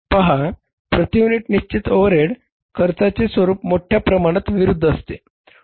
पहा प्रति युनिट निश्चित ओव्हरहेड खर्चाचे स्वरूप मोठ्या प्रमाणात विरुध्द असते